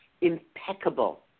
impeccable